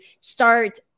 start